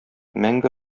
мәңге